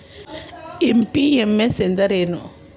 MPMC ಎಂದರೇನು?